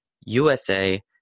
USA